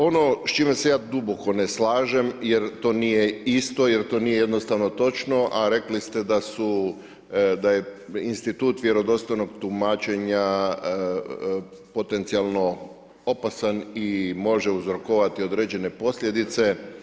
Ono s čime se ja duboko ne slažem, jer to nije isto, jer to nije jednostavno točno, a rekli ste da je institut vjerodostojnog tumačenja potencijalno opasan i može uzrokovati određene posljedice.